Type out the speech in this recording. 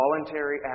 voluntary